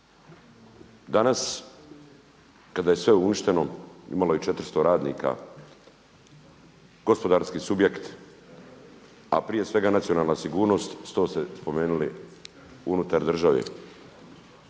Danas kada je sve uništeno imalo je 400 radnika, gospodarski subjekt a prije svega nacionalna sigurnost .../Govornik se ne razumije./… spomenuli unutar države.